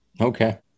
Okay